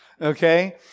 okay